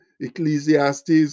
Ecclesiastes